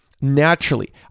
naturally